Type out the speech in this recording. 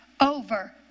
over